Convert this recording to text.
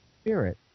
Spirit